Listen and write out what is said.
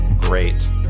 great